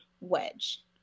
wedge